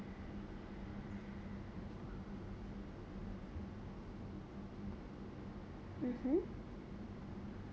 mmhmm